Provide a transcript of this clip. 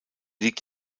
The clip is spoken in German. liegt